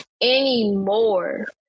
anymore